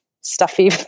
stuffy